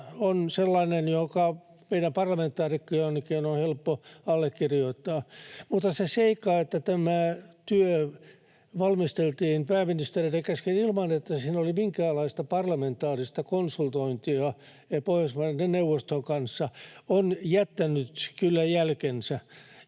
on sellainen, joka meidän parlamentaarikkojenkin on helppo allekirjoittaa, mutta se seikka, että tämä työ valmisteltiin pääministereiden kesken ilman, että siinä oli minkäänlaista parlamentaarista konsultointia Pohjoismaiden neuvoston kanssa, on jättänyt kyllä jälkensä.